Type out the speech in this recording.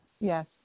Yes